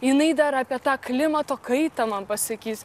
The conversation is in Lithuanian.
jinai dar apie tą klimato kaitą man pasakys